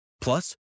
Plus